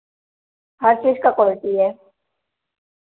हर चीज़ का क्वालिटी है